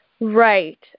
Right